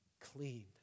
clean